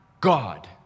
God